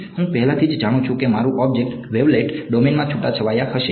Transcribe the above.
હું પહેલાથી જ જાણું છું કે મારું ઑબ્જેક્ટ વેવલેટ ડોમેનમાં છૂટાછવાયા હશે